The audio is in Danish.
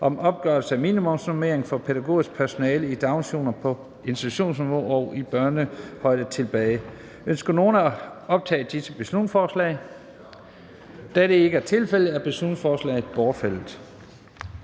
om opgørelse af minimumsnormeringer for pædagogisk personale i daginstitutioner på institutionsniveau og i børnehøjde). Ønsker nogen at optage disse beslutningsforslag? Da det ikke er tilfældet, er beslutningsforslagene bortfaldet.